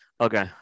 Okay